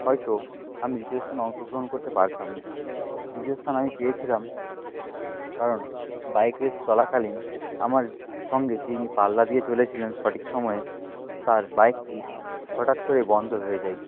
হয়তো আমি দ্বিতীয় স্থানে অংশগ্রহণ করতে পারতাম না দ্বিতীয় স্থান আমি পেয়েছিলাম কারণ বাইক রেস চলাকালীন আমার সঙ্গে যিনি পাল্লা দিয়ে চলেছিলেন সঠিক সময়ে তার বাইকটি হঠাৎ করেই বন্ধ হয়ে যায়